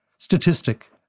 statistic